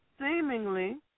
seemingly